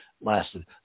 lasted